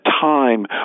time